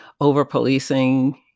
over-policing